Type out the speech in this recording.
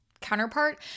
counterpart